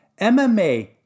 MMA